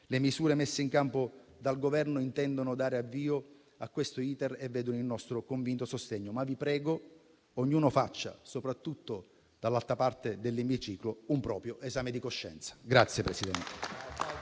Le misure messe in campo dal Governo intendono dare avvio a questo *iter* e vedono il nostro convinto sostegno, ma vi prego, ognuno faccia, soprattutto dall'altra parte dell'emiciclo, un proprio esame di coscienza.